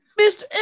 Mr